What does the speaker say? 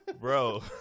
bro